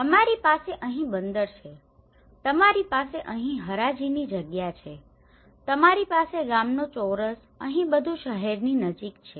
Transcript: અમારી પાસે અહીં બંદર છે તમારી પાસે અહીં હરાજીની જગ્યા છે તમારી પાસે ગામનો ચોરસ અહીં બધું શહેરની નજીક છે